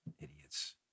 Idiots